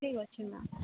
ଠିକ୍ ଅଛି ମ୍ୟାମ୍